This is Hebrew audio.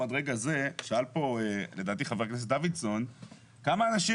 עד רגע זה שאל כאן לדעתי חבר הכנס דוידסון כמה אנשים